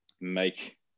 make